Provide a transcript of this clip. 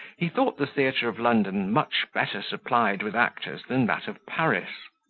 he thought the theatre of london much better supplied with actors than that of paris.